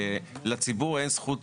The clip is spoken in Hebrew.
לציבור אין זכות